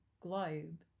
globe